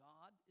God